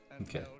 Okay